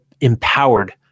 empowered